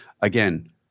Again